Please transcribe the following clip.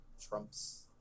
trump's